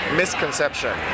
misconception